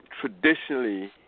traditionally